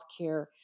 healthcare